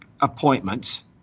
appointments